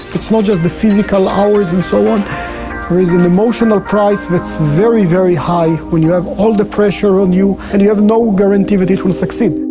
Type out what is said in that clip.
it's not just the physical hours and so on there is an emotional price that's very very high when you have all the pressure on you and you have no guarantee that it will succeed